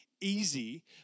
easy